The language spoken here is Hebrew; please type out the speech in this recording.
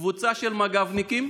קבוצה של מג"בניקים